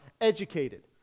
educated